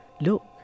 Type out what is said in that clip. Look